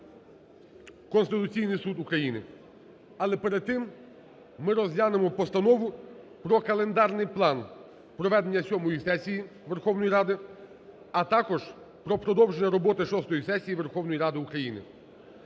Конституційний Суд України. Але перед тим ми розглянемо Постанову про календарний план проведення сьомої сесії Верховної Ради, а також про продовження роботи шостої сесії Верховної Ради України.